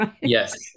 Yes